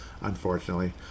unfortunately